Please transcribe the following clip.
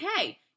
okay